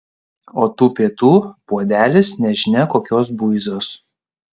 o tų pietų puodelis nežinia kokios buizos